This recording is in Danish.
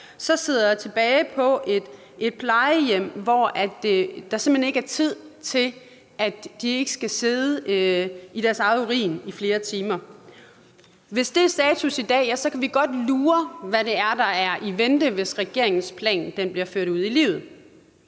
sidder tilbage på et plejehjem, hvor der simpelt hen ikke er tid til at sørge for, at de ikke skal sidde i deres egen urin i flere timer. Hvis det er status i dag, kan vi godt lure, hvad det er, der er i vente, hvis regeringens plan bliver ført ud i livet.